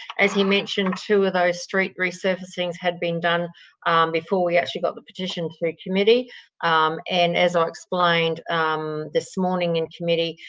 as he mentioned, two of those street resurfacings had been done before we actually got the petition through committee and as i explained this morning in committee,